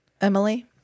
Emily